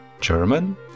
German